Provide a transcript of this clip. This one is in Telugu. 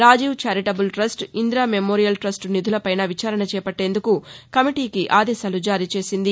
Rajiv charitable trust Indira memorial trust నిధులపైనా విచారణ చేపట్టేందుకు కమిటీకి ఆదేశాలు జారీ చేసింది